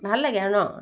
ভাল লাগে আৰু ন